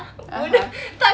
(uh huh)